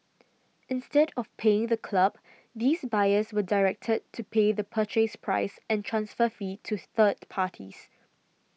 instead of paying the club these buyers were directed to pay the Purchase Price and transfer fee to third parties